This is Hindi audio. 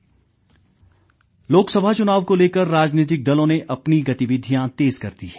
भाजपा बैठक लोकसभा चुनाव को लेकर राजनीतिक दलों ने अपनी गतिविधियां तेज कर दी हैं